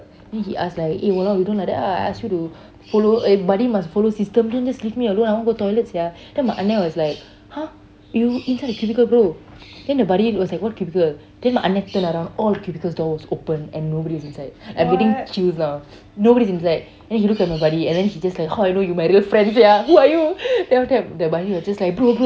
then he ask like eh !walao! you don't like that ah I ask you to follow eh buddy must follow system this one just leave me alone I want to go toilet sia then my அன்னே:anne was like !huh! you inside the cubicle bro then the buddy was like what cubicle then my அன்னே:anne turn around all the cubicles stalls open and nobody was inside I getting chills now nobody was inside and then he look at my buddy and then he just how I know you my real friend sia who are you then after that the buddy was just like bro bro